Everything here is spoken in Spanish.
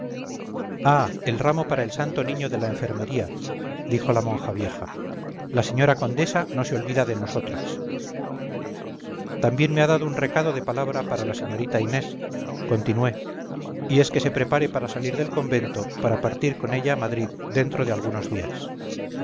ah el ramo para el santo niño de la enfermería dijo la monja vieja la señora condesa no se olvida de nosotras también me ha dado un recado de palabra para la señorita inés continué y es que se prepare a salir del convento para partir con ella a madrid dentro de algunos días